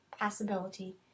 possibility